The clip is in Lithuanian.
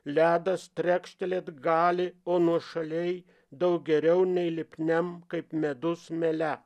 ledas trekštelėt gali o nuošaliai daug geriau nei lipniam kaip medus mele